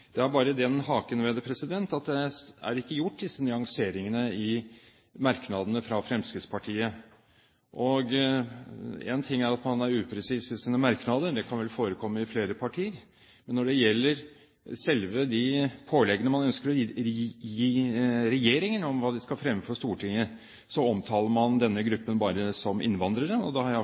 Det er bare den haken ved det at man ikke har gjort disse nyanseringene i merknadene fra Fremskrittspartiet. Én ting er at man er upresis i sine merknader – det kan vel forekomme i flere partier – men når det gjelder de påleggene man ønsker å gi regjeringen om hva den skal fremme for Stortinget, omtaler man denne gruppen bare som «innvandrere». Da har jeg